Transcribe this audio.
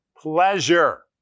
pleasure